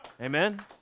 Amen